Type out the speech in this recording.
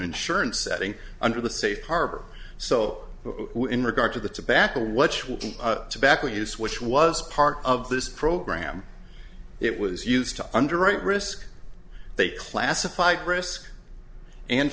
insurance setting under the safe harbor so in regard to the tobacco watch which tobacco use which was part of this program it was used to underwrite risk they classified risk and